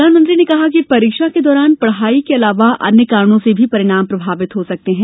प्रधानमंत्री ने कहा कि परीक्षा के दौरान पढ़ाई के अलावा अन्य कारणों से भी परिणाम प्रभावित हो सकते हैं